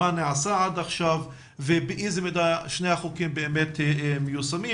מה נעשה עד עכשיו ובאיזו מידה שני החוקים באמת מיושמים.